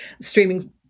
streaming